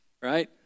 Right